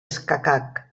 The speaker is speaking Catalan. escacat